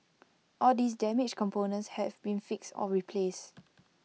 all these damaged components have been fixed or replaced